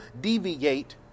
deviate